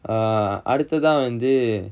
அடுத்ததா வந்து:aduthatha vanthu